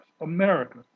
America